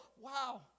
wow